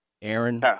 Aaron